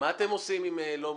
מה אתם עושים אם לא?